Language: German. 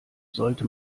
sollte